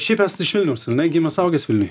šiaip esat iš vilniaus gimęs augęs vilniuj